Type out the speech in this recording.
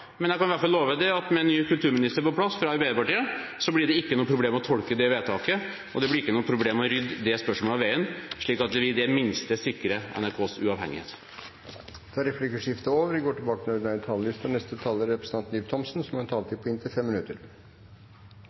Men jeg kan i hvert fall love at med ny kulturminister på plass fra Arbeiderpartiet blir det ikke noe problem å tolke det vedtaket, og det blir ikke noe problem å rydde det spørsmålet av veien, slik at vi i det minste sikrer NRKs uavhengighet. Replikkordskiftet er over. I dag er en historisk dag i Stortinget – en historisk dag for Fremskrittspartiet i hvert fall – med en sak som Fremskrittspartiet har